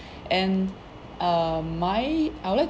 and err my I would like